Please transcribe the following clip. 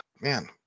Man